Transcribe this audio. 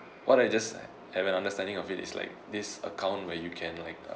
what I you just have a understanding of it is like this account where you can like uh